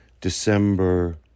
December